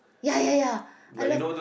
ya ya ya I love